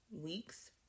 weeks